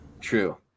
true